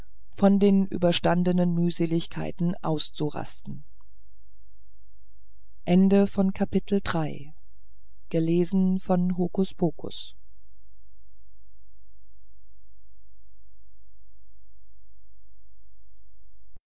von den überstandenen mühseligkeiten auszurasten